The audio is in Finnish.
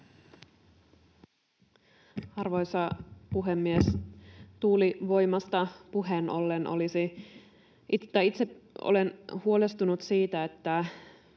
Arvoisa puhemies! Tuulivoimasta puheen ollen — itse olen huolestunut siitä, miten